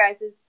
guys